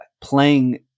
playing